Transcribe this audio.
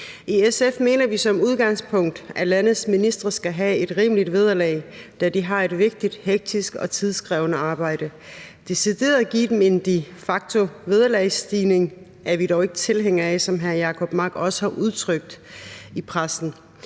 I SF mener vi som udgangspunkt, at landets ministre skal have et rimeligt vederlag, da de har et vigtigt, hektisk og tidskrævende arbejde. Decideret at give dem en de facto-vederlagsstigning er vi dog ikke tilhængere af, som hr. Jacob Mark også har udtrykt i pressen.